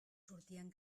sortien